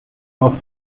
auf